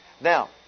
Now